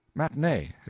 matinee.